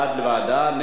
בעד ועדה.